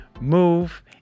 move